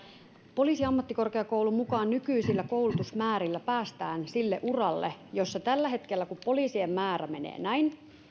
poliisiammattikorkeakoulun mukaan nykyisillä koulutusmäärillä päästään sille uralle jossa tällä hetkellä kun poliisien määrä menee näin